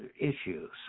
issues